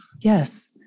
Yes